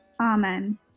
Amen